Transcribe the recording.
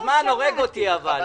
לא שמעתי.